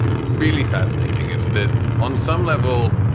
really fascinating. it's that on some level,